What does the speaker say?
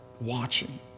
watching